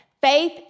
Faith